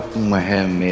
my hand.